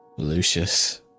Lucius